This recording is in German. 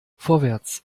vorwärts